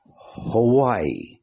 Hawaii